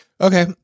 Okay